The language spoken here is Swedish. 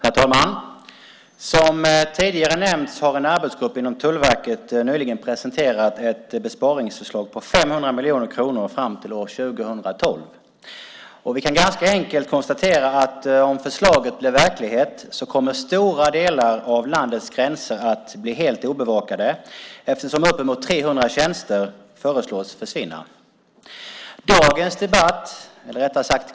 Herr talman! Som tidigare nämnts har en arbetsgrupp inom Tullverket nyligen presenterat ett besparingsförslag på 500 miljoner kronor fram till år 2012. Vi kan ganska enkelt konstatera att om förslaget blir verklighet kommer stora delar av landets gränser att bli helt obevakade eftersom uppemot 300 tjänster föreslås försvinna.